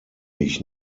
ich